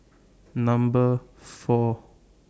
Number four